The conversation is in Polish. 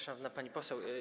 Szanowna Pani Poseł!